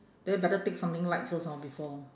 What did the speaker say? then you better take something light first lor before